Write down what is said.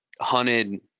hunted